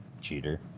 Cheater